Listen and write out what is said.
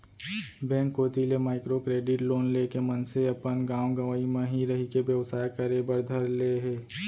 bank कोती ले micro credit loan लेके मनसे अपन गाँव गंवई म ही रहिके बेवसाय करे बर धर ले हे